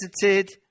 visited